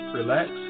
relax